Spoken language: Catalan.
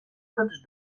tots